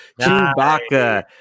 Chewbacca